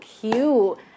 cute